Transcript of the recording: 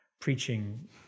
preaching